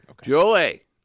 Julie